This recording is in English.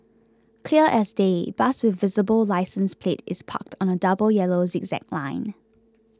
clear as day bus with visible licence plate is parked on a double yellow zigzag line